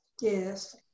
Yes